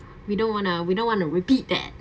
we don't want to we don't want to repeat that